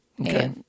Okay